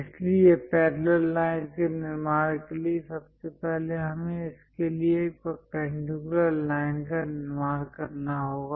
इसलिए parallel lines के निर्माण के लिए सबसे पहले हमें इसके लिए एक परपेंडिकुलर लाइन का निर्माण करना होगा